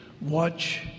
watch